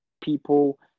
people